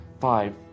five